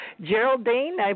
Geraldine